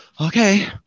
okay